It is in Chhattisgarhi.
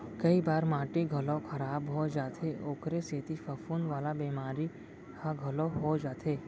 कई बार माटी घलौ खराब हो जाथे ओकरे सेती फफूंद वाला बेमारी ह घलौ हो जाथे